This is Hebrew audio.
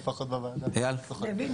לפחות בוועדה הזאת צוחקים.